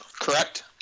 Correct